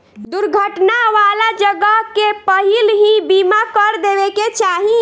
दुर्घटना वाला जगह के पहिलही बीमा कर देवे के चाही